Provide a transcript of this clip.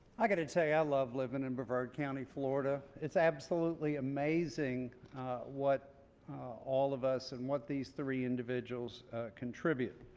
i got to tell you i love living in brevard county florida. it's absolutely amazing what all of us and what these three individuals contribute.